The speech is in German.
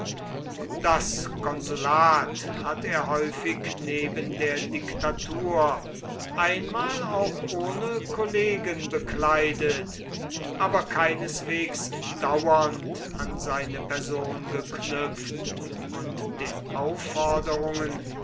das konsulat hat er häufig neben der diktatur einmal auch ohne kollegen bekleidet aber keineswegs dauernd an seine person geknüpft und den aufforderungen